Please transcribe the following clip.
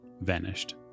vanished